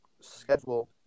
schedule